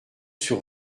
sur